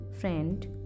friend